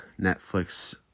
Netflix